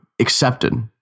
accepted